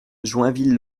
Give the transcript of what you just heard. joinville